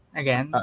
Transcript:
again